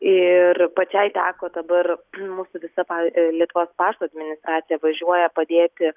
ir pačiai teko dabar mūsų visa pa lietuvos pašto administracija važiuoja padėti